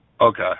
Okay